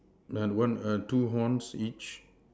Nun one err two horns each